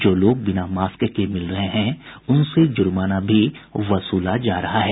जो लोग बिना मास्क के मिल रहे हैं उनसे जुर्माना वसूला जा रहा है